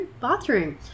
bathroom